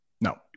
No